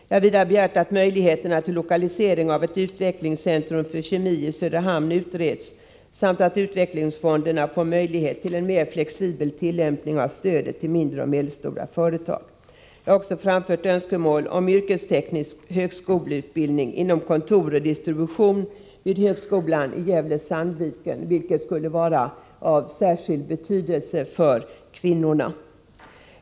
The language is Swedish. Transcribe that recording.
Vidare har jag begärt att möjligheterna till lokalisering av ett utvecklingscentrum för kemi i Söderhamn utreds, samt att utvecklingsfonderna får möjlighet till en mer flexibel tillämpning av stödet till mindre och medelstora företag. Jag har också framfört önskemål om yrkesteknisk högskoleutbildning inom kontor och distribution vid högskolan i Gävle-Sandviken, vilket skulle vara av särskild betydelse för kvinnorna.